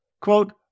Quote